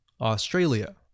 australia